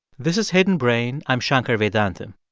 this is hidden brain. i'm shankar vedantam.